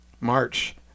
March